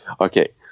Okay